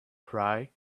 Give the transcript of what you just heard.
cry